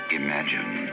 imagine